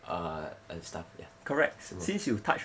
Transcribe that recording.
uh and stuff ya